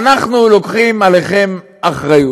אנחנו לוקחים עליכם אחריות.